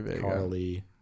Carly